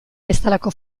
bezalako